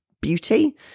beauty